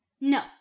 No